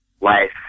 life